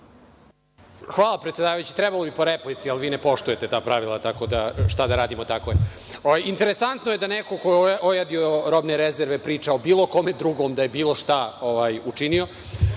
Hvala predsedavajući, trebalo bi po replici, ali vi ne poštujete ta pravila. Interesantno je da neko ko je ojadio robne rezerve priča o bilo kome drugom da je bilo šta učinio.